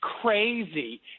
crazy